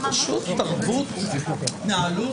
זו פשוט תרבות, התנהלות